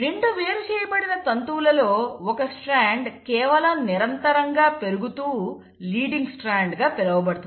2 వేరు చేయబడిన తంతువులలో ఒక స్ట్రాండ్ కేవలం నిరంతరంగా పెరుగుతూ లీడింగ్ స్ట్రాండ్ గా పిలవబడుతుంది